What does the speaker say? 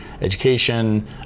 education